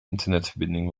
internetverbinding